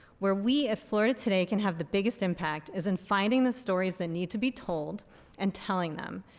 where we at florida today can have the biggest impact is in finding the stories that need to be told and telling them.